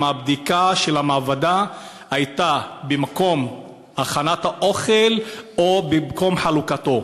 האם הבדיקה של המעבדה הייתה במקום הכנת האוכל או במקום חלוקתו?